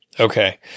Okay